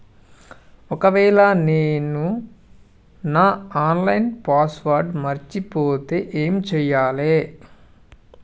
ఒకవేళ నేను నా ఆన్ లైన్ పాస్వర్డ్ మర్చిపోతే ఏం చేయాలే?